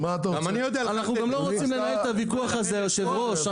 אנחנו גם לא רוצים לנהל את הוויכוח הזה אדוני היושב ראש.